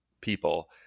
people